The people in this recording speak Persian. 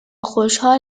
خوشحال